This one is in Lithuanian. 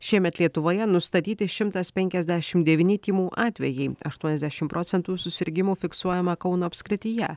šiemet lietuvoje nustatyti šimtas penkiasdešim devyni tymų atvejai aštuoniasdešim procentų susirgimų fiksuojama kauno apskrityje